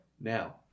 Now